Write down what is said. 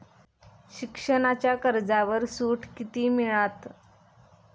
शिक्षणाच्या कर्जावर सूट किती मिळात?